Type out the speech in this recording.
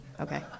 Okay